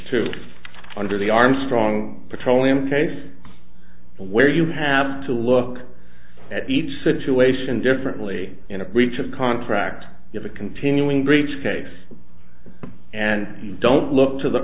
to under the armstrong petroleum case where you have to look at each situation differently in a breach of contract if a continuing breach case and you don't look to the